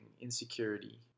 insecurity